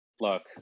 look